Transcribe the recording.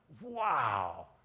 Wow